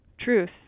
truth